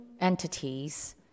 entities